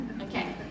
Okay